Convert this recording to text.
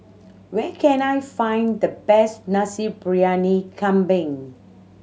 where can I find the best Nasi Briyani Kambing